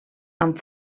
amb